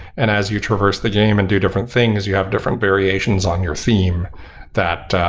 and as you traverse the game and do different things, you have different variations on your theme that